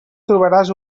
trobaràs